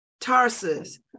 Tarsus